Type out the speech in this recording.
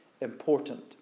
important